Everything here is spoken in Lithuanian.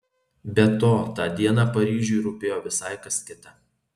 be to tą dieną paryžiui rūpėjo visai kas kita